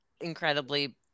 incredibly